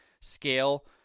scale